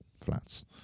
Flats